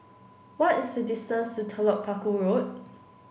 what is the distance to Telok Paku Road